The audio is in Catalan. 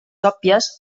òbvies